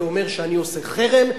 זה אומר שאני עושה חרם,